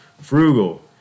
frugal